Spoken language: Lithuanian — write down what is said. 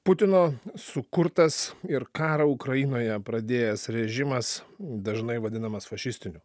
putino sukurtas ir karą ukrainoje pradėjęs režimas dažnai vadinamas fašistiniu